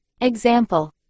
Example